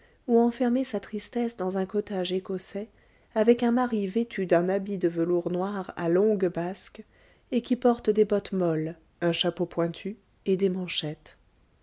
ou enfermer sa tristesse dans un cottage écossais avec un mari vêtu d'un habit de velours noir à longues basques et qui porte des bottes molles un chapeau pointu et des manchettes